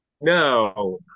No